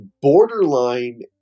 borderline